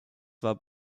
war